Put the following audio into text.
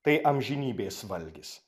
tai amžinybės valgis